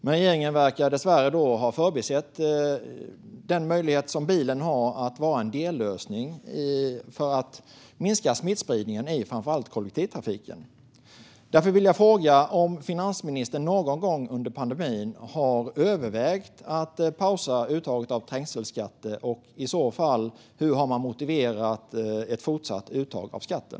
Men regeringen verkar dessvärre ha förbisett den möjlighet som bilen har att vara en dellösning för att minska smittspridningen i framför allt Kristdemokraterna. Därför vill jag fråga om finansministern någon gång under pandemin har övervägt att pausa uttaget av trängselskatter och hur man i så fall har motiverat ett fortsatt uttag av skatten.